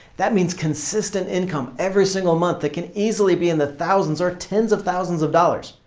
that means consistent income every single month that can easily be in the thousands or tens of thousands of dollars.